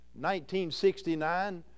1969